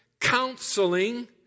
counseling